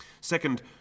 Second